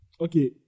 okay